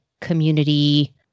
community